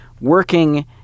working